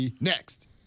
next